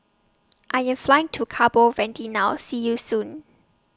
I Am Flying to Cabo Verde now See YOU Soon